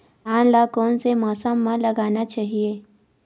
धान ल कोन से मौसम म लगाना चहिए?